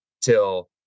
till